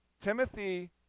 Timothy